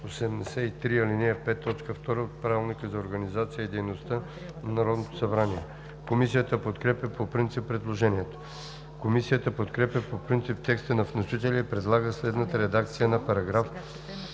83, ал. 5, т. 2 от Правилника за организацията и дейността на Народното събрание. Комисията подкрепя по принцип предложението. Комисията подкрепя по принцип текста на вносителя и предлага следната редакция на §